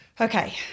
okay